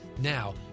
Now